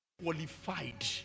qualified